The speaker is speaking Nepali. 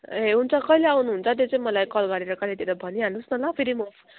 ए हुन्छ कहिले आउनुहुन्छ त्यो चाहिँ मलाई कल गरेर कहिलेतिर भनिहाल्नु होस् न ल फेरि म